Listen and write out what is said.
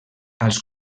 als